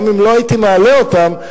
גם אם לא הייתי מעלה אותם,